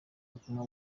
butumwa